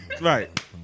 Right